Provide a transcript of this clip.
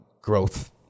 growth